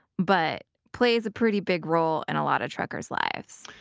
but plays a pretty big role in a lot of truckers' lives.